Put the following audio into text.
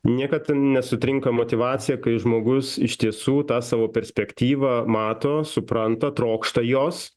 niekad nesutrinka motyvacija kai žmogus iš tiesų tą savo perspektyvą mato supranta trokšta jos